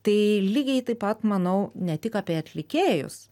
tai lygiai taip pat manau ne tik apie atlikėjus